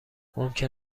ممکن